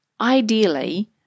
ideally